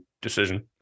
decision